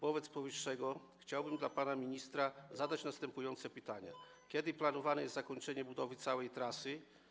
Wobec powyższego chciałbym panu ministrowi zadać następujące pytania: Kiedy planowane jest zakończenie budowy całej trasy?